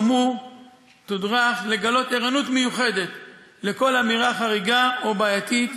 גם הוא תודרך לגלות ערנות מיוחדת לכל אמירה חריגה או בעייתית,